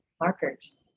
markers